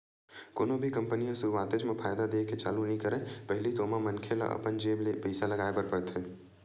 कोनो भी कंपनी ह सुरुवातेच म फायदा देय के चालू नइ करय पहिली तो ओमा मनखे ल अपन जेब ले पइसा लगाय बर परथे